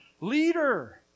leader